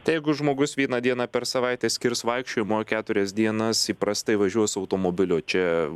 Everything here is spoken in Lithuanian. tai jeigu žmogus vieną dieną per savaitę skirs vaikščiojimui o keturias dienas įprastai važiuos automobiliu čia